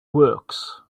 works